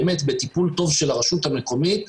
באמת בטיפול טוב של הרשות המקומית,